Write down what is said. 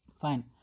fine